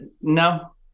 no